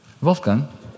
Wolfgang